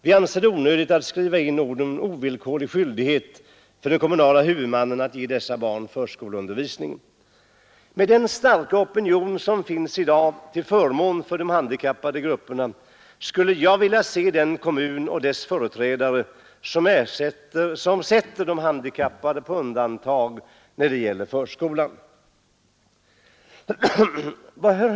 Vi anser det onödigt att skriva in orden ”ovillkorlig skyldighet för den kommunala huvudmannen att ge dessa barn förskoleundervisning”. Med den starka opinion som i dag finns i Sverige till förmån för de handikappade grupperna skulle jag vilja se den kommun och dess företrädare som sätter de handikappade på undantag när det gäller förskolan.